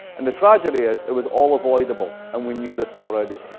and the tragedy is it was all avoidable, and we knew this already.